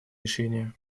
решение